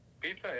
Pizza